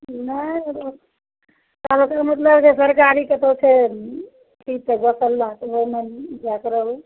नहि मतलब अगर सरकारी कतहु छै ठीक छै गोसाला तऽ ओइमे जाकऽ रहूँ